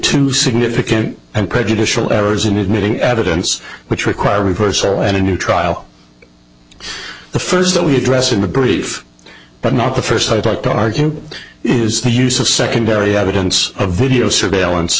to significant and prejudicial errors in admitting evidence which require a reversal and a new trial the first that we address in the brief but not the first i'd like to argue is the use of secondary evidence a video surveillance